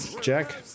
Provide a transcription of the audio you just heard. Jack